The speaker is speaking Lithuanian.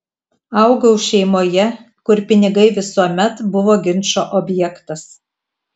augau šeimoje kur pinigai visuomet buvo ginčo objektas